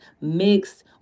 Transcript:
mixed